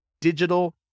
digital